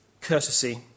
courtesy